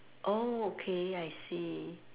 oh okay I see